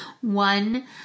one